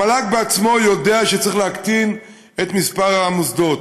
המל"ג בעצמו יודע שצריך להקטין את מספר המוסדות.